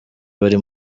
abari